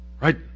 Right